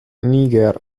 niger